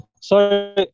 Sorry